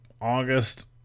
August